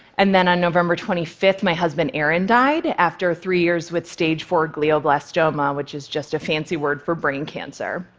and then on november twenty five, my husband aaron died after three years with stage-four glioblastoma, which is just a fancy word for brain cancer.